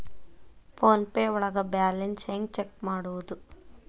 Phone pay ಒಳಗ balance ಹೆಂಗ್ check ಮಾಡುವುದು?